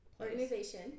organization